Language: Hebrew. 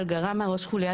לדחות.